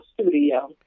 studio